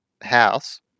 house